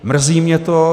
Mrzí mě to.